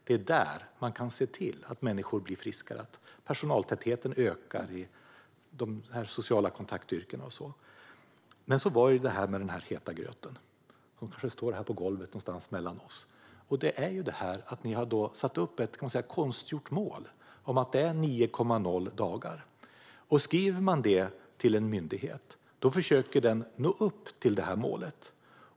Det är där man kan se till att människor blir friskare och att personaltätheten ökar i de sociala kontaktyrkena. Men så var det den här heta gröten som kanske står någonstans här på golvet mellan oss. Ni har satt upp ett konstgjort mål på 9,0 dagar. Skriver man detta till en myndighet försöker den nå upp till det målet.